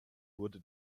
wurde